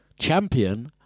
Champion